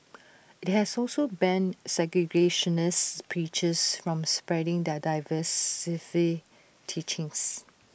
IT has also banned segregationist preachers from spreading their divisive teachings